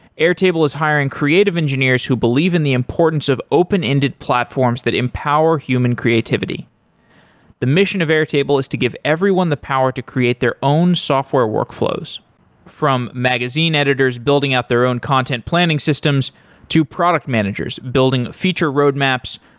airtable is hiring creative engineers who believe in the importance of open-ended platforms that empower human creativity the mission of airtable is to give everyone the power to create their own software workflows from magazine editors building out their own content planning systems to product managers building feature roadmaps,